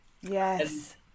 Yes